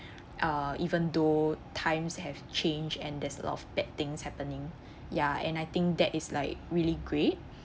uh even though times have changed and there's a lot of bad things happening ya and I think that is like really great